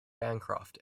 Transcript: bancroft